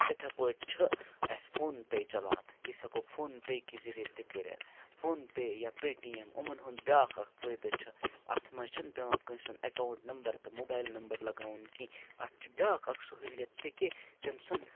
یِتھٕے پٲٹھۍ چھُ اَسہِ فون پے چَلان أسۍ ہٮ۪کو فون پے کہِ زٕ ریٚتہٕ تہِ کٔرِتھ فون پے یا پے ٹی ایم یِمَن ہُنٛد بیٛاکھ اَکھ فٲیدٕ چھُ اَتھ منٛز چھُنہٕ پیٚوان کٲنٛسہِ ہُنٛد اٮ۪کاوُنٛٹ نمبر تہٕ موبایِل نمبر لَگاوُن کینٛہہ اَتھ چھُ بیاکھ اَکھ سہوٗلیت تہِ کہِ تٔمۍ سُنٛد